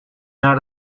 naar